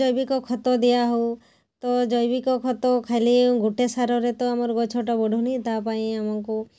ଜୈବିକ ଖତ ଦିଆହଉ ତ ଜୈବିକ ଖତ ଖାଲି ଗୋଟେ ସାରରେ ତ ଆମର ଗଛଟା ବଢ଼ୁନି ତାପାଇଁ ଆମକୁ